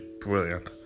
brilliant